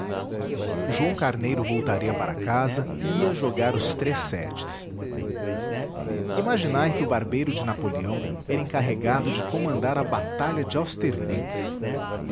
joão carneiro voltaria para casa e ia jogar os três setes imaginai que o barbeiro de napoleão era encarregado de comandar a batalha de